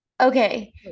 okay